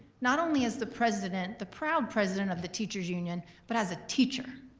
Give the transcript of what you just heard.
not only as the president, the proud president of the teacher's union, but as a teacher,